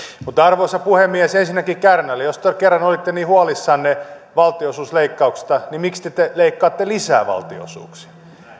mutta arvoisa puhemies ensinnäkin kärnälle jos te kerran olitte niin huolissanne valtionosuusleikkauksista niin miksi te te leikkaatte lisää valtionosuuksia